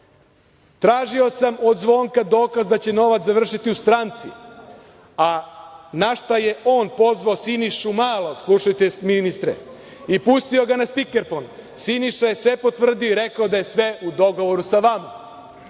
Tražio sam od Zvonka dokaz da će novac završiti u stranci, a na šta je on pozvao Sinišu Malog“ slušajte ministre, „i pustio ga na spikerfon. Siniša je sve potvrdio i rekao da je sve u dogovoru sa vama.